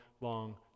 long